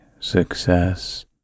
success